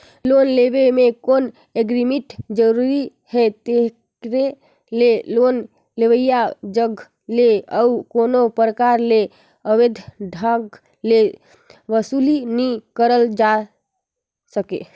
loan लेवब में loan agreement जरूरी हे तेकरे ले लोन लेवइया जग ले अउ कोनो परकार ले अवैध ढंग ले बसूली नी करल जाए सके